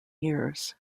years